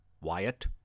Wyatt